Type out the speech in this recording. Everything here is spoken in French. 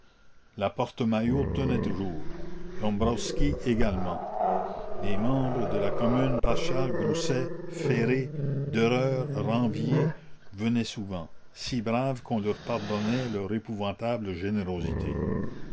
la porte maillot tenait toujours dombwroski également des membres de la commune paschal grousset ferré dereure ranvier venaient souvent si braves qu'on leur pardonnait leur épouvantable générosité